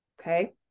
okay